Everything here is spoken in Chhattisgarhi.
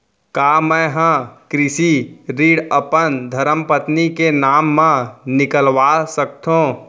का मैं ह कृषि ऋण अपन धर्मपत्नी के नाम मा निकलवा सकथो?